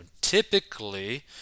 Typically